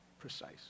Precise